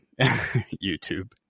youtube